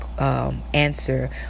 Answer